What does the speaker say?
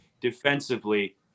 defensively